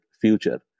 future